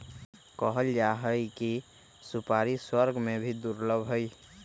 कहल जाहई कि सुपारी स्वर्ग में भी दुर्लभ हई